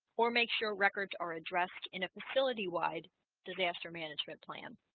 or make sure records are addressed in a facility wide disaster management plan